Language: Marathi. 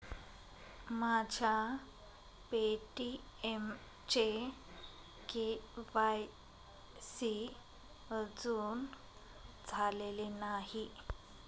माझ्या पे.टी.एमचे के.वाय.सी अजून झालेले नाही